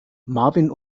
marvin